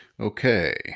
okay